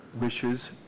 wishes